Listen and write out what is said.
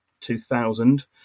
2000